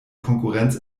konkurrenz